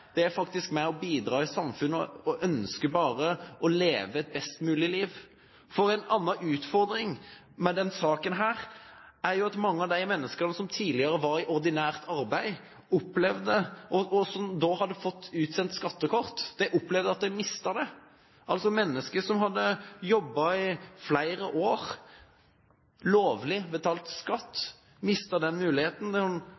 disse menneskene faktisk er med og bidrar i samfunnet og ønsker bare å leve et best mulig liv. En annen utfordring med denne saken er at mange av de menneskene som tidligere var i ordinært arbeid og hadde fått utstedt skattekort, opplevde at de mistet det. Mennesker som hadde jobbet lovlig i flere år og betalt